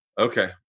Okay